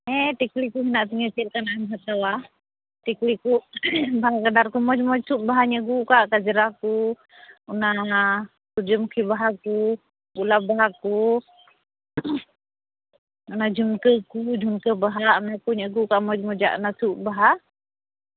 ᱦᱮᱸ ᱴᱤᱠᱞᱤ ᱠᱚ ᱢᱮᱱᱟᱜ ᱛᱤᱧᱟᱹ ᱪᱮᱫ ᱞᱮᱠᱟᱱᱟᱜ ᱮᱢ ᱦᱟᱛᱟᱣᱟ ᱴᱤᱠᱞᱤ ᱠᱚ ᱵᱟᱦᱟ ᱜᱟᱰᱟᱨ ᱠᱚ ᱢᱚᱡᱽ ᱢᱚᱡᱽ ᱵᱟᱦᱟᱧ ᱟᱹᱜᱩ ᱟᱠᱟᱫᱼᱟ ᱠᱟᱡᱽᱨᱟ ᱠᱚ ᱚᱱᱟ ᱥᱩᱨᱡᱚ ᱢᱩᱠᱷᱤ ᱵᱟᱦᱟ ᱠᱚ ᱜᱳᱞᱟᱵ ᱵᱟᱦᱟ ᱠᱚ ᱚᱱᱟ ᱡᱷᱩᱱᱠᱟᱹ ᱠᱚ ᱡᱷᱩᱱᱠᱟᱹ ᱵᱟᱦᱟ ᱚᱱᱟ ᱠᱚᱧ ᱟᱹᱜᱩ ᱟᱠᱟᱫᱼᱟ ᱢᱚᱡᱽ ᱢᱚᱡᱽ ᱟᱜ ᱚᱱᱟ ᱥᱩᱫ ᱵᱟᱦᱟ